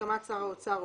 בהסכמת שר האוצר,